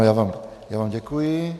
Já vám děkuji.